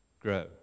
grow